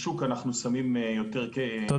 אנחנו פשוט ממש קצרים אבל תודה על ההבהרה,